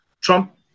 Trump